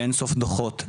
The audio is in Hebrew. באין-סוף דוחות.